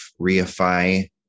reify